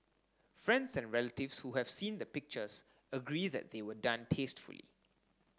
friends and relatives who have seen the pictures agree that they were done tastefully